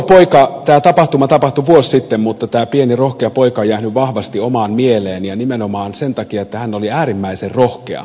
tämä tapahtuma tapahtui vuosi sitten mutta tämä pieni rohkea poika on jäänyt vahvasti omaan mieleeni ja nimenomaan sen takia että hän oli äärimmäisen rohkea